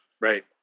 right